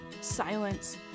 silence